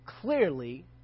clearly